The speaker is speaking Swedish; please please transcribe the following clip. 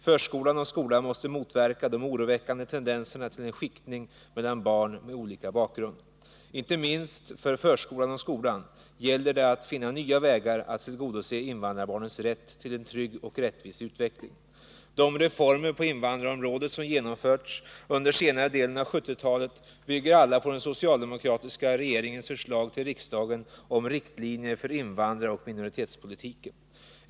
Förskolan och skolan måste motverka de oroväckande tendenserna till en skiktning mellan barn med olika bakgrund. Inte minst för förskolan och skolan gäller det att finna nya vägar att tillgodose invandrarbarnens rätt till en trygg och rättvis utveckling. De reformer på invandrarområdet som genomförts under senare delen av 1970-talet bygger alla på den socialdemokratiska regeringens förslag till riksdagen om riktlinjer för invandraroch minoritetspolitiken.